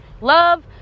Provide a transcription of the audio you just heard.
Love